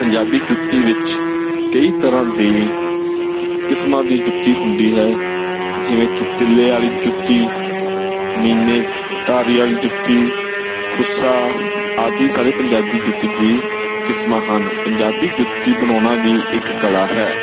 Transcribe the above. ਪੰਜਾਬੀ ਜੁੱਤੀ ਵਿੱਚ ਕਈ ਤਰ੍ਹਾਂ ਦੀ ਕਿਸਮਾਂ ਦੀ ਜੁੱਤੀ ਹੁੰਦੀ ਹੈ ਜਿਵੇਂ ਕਿ ਤਿੱਲੇ ਵਾਲੀ ਜੁੱਤੀ ਮੀਨਾਕਾਰੀ ਵਾਲੀ ਜੁੱਤੀ ਖੁੱਸਾ ਆਦਿ ਸਾਰੇ ਪੰਜਾਬੀ ਜੁੱਤੀ ਦੀਆਂ ਕਿਸਮਾਂ ਹਨ ਪੰਜਾਬੀ ਜੁੱਤੀ ਬਣਾਉਣਾ ਵੀ ਇੱਕ ਕਲਾ ਹੈ